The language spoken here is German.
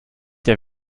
der